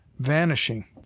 vanishing